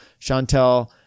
Chantel